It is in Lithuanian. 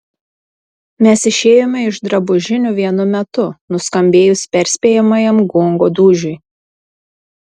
mes išėjome iš drabužinių vienu metu nuskambėjus perspėjamajam gongo dūžiui